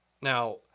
Now